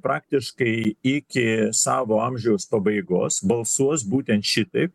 praktiškai iki savo amžiaus pabaigos balsuos būtent šitaip